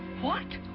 what?